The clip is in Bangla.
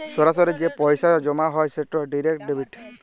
সরাসরি যে পইসা জমা হ্যয় সেট ডিরেক্ট ডেবিট